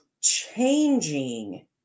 changing